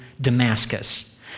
Damascus